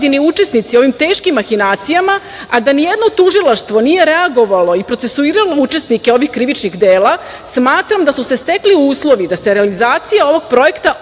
pojedini učesnici o ovim teškim mahinacijama, a da nijedno tužilaštvo nije reagovalo i procesiralo učesnike ovih krivičnih dela, smatram da su se stekli uslovi da se realizacija ovog projekta